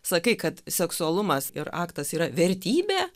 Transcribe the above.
sakai kad seksualumas ir aktas yra vertybė